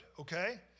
okay